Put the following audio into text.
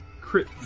crit